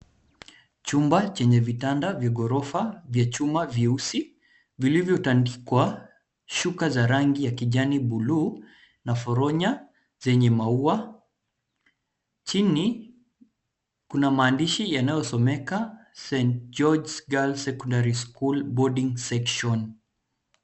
Chumba chenye vitanda vya ghorofa, vya chuma vyeusi, vilivyotandikwa shuka za rangi ya kijani bluu, na foronya zenye maua. Chini, kuna maandishi yanayosomeka St. George Girls' Secondary School Boarding Section.